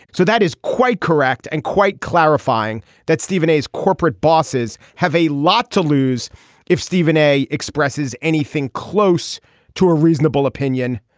so that is quite correct and quite clarifying that stephen a's corporate bosses have a lot to lose if stephen a expresses anything close to a reasonable opinion.